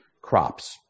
crops